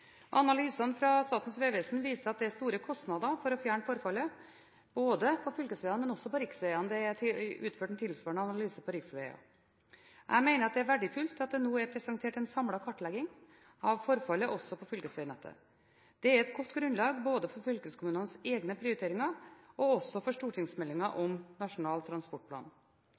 å fjerne forfallet både på fylkesveger og på riksveger. Det er utført en tilsvarende analyse av forfallet på riksveger. Jeg mener det er verdifullt at det nå er presentert en samlet kartlegging av forfallet også på fylkesvegnettet. Det er et godt grunnlag både for fylkeskommunenes egne prioriteringer og for stortingsmeldingen om Nasjonal transportplan.